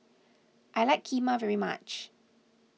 I like Kheema very much